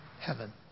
heaven